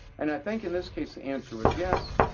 and i think in this case, the answer was yes,